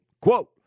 Quote